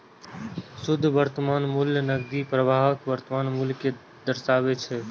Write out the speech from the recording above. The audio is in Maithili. शुद्ध वर्तमान मूल्य नकदी प्रवाहक वर्तमान मूल्य कें दर्शाबै छै